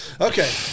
Okay